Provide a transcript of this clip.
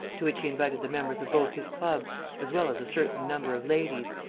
to which he invited the members of both his clubs, as well as a certain number of ladies,